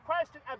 question